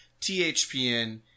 THPN